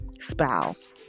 spouse